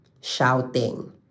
shouting